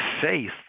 faith